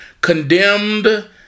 condemned